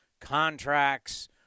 contracts